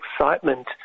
excitement